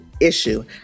issue